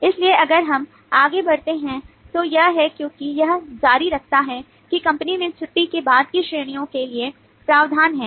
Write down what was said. इसलिए अगर हम आगे बढ़ते हैं तो यह है क्योंकि यह जारी रखता है कि कंपनी में छुट्टी के बाद की श्रेणियों के लिए प्रावधान हैं